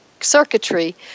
circuitry